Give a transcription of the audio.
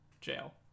jail